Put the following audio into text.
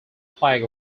flag